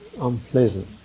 unpleasant